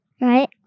Right